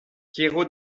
quiero